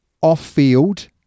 off-field